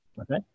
Okay